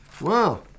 wow